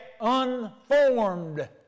unformed